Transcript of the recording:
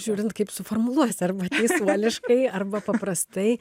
žiūrint kaip suformuluosi arba teisuoliškai arba paprastai